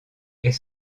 est